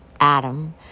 Adam